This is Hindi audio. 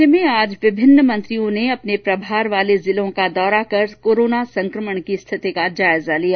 राज्य में आज विभिन्न मंत्रियों ने अपने प्रभार वाले जिलों का दौरा कर कोरोना संक्रमण की स्थिति का जायजा लिया